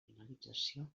finalització